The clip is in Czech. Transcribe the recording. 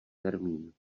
termín